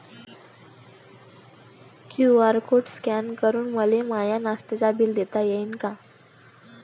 QR code scan करून मले माय नास्त्याच बिल देता येईन का?